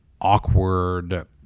awkward